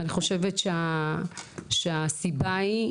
אני חושבת שהסיבה היא,